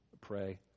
pray